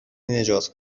نجات